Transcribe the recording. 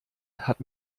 hat